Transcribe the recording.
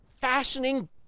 fashioning